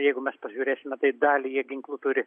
jeigu mes pažiūrėsime tai dalį jie ginklų turi